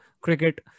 cricket